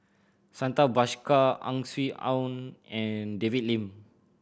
Santha Bhaskar Ang Swee Aun and David Lim